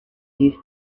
these